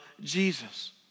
Jesus